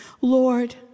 Lord